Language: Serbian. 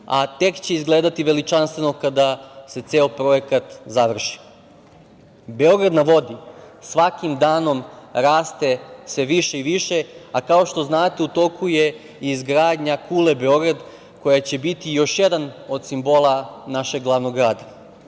a tek će izgledati veličanstveno kada se ceo projekat završi."Beograd na vodi" svakim danom raste sve više i više, a kao što znate u toku je izgradnja kule "Beograd" koja će biti još jedan od simbola našeg glavnog grada. Sa